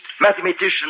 mathematician